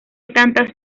tantas